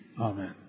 Amen